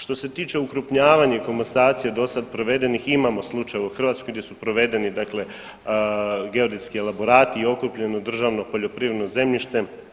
Što se tiče okrupnjavanja i komasacije dosad provedenih, imamo slučaj u Hrvatskoj gdje su provedeni dakle geodetski elaborati i okrupnjeno državno poljoprivredno zemljište.